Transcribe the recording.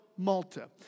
Malta